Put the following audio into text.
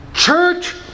church